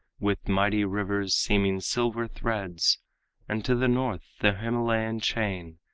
with mighty rivers seeming silver threads and to the north the himalayan chain,